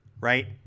right